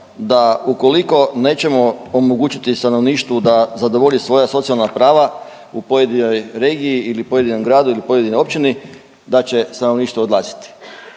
da ukoliko nećemo omogućiti stanovništvu da zadovolji svoja socijalna prava u pojedinoj regiji ili pojedinom gradu ili pojedinoj općini da će stanovništvo odlaziti.